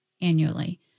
annually